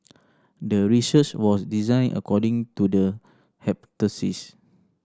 the research was designed according to the